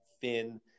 thin